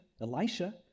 Elisha